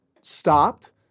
stopped